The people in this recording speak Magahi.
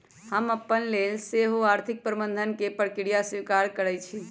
हम अपने लेल सेहो आर्थिक प्रबंधन के प्रक्रिया स्वीकारइ छी